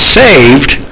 saved